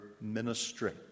ministry